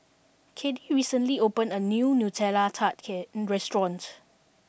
Caddie recently open a new Nutella Tart restaurant